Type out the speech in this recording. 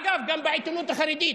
אגב, גם בעיתונות החרדית.